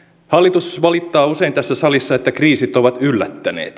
hallitus valittaa usein tässä salissa että kriisit ovat yllättäneet